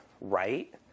right